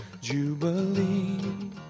Jubilee